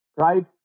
right